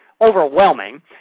overwhelming